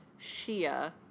Shia